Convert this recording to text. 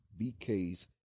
BK's